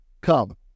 Come